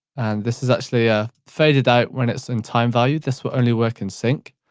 and this is actually ah faded out when it's in time value, this will only work in sync.